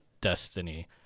destiny